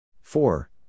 Four